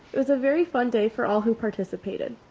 it was a very fun day for all who participated.